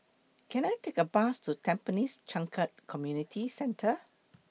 Can I Take A Bus to Tampines Changkat Community Centre